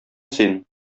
син